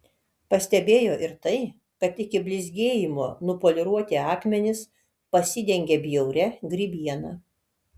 pastebėjo ir tai kad iki blizgėjimo nupoliruoti akmenys pasidengė bjauria grybiena